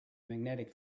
magnetic